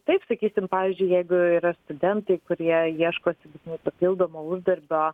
taip sakysim pavyzdžiui jeigu yra studentai kurie ieškosi papildomo uždarbio